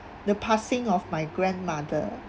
the passing of my grandmother